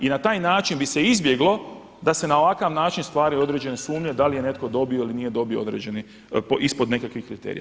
I na taj način bi se izbjeglo da se na ovakav način stvaraju određene sumnje da li je netko dobio ili nije dobio određeni, ispod nekakvih kriterija.